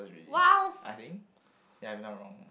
!wow!